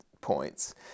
points